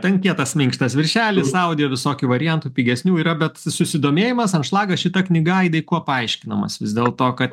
ten kietas minkštas viršelis audio visokių variantų pigesnių yra bet susidomėjimas anšlagas šita knyga aidai kuo paaiškinamas vis dėlto kad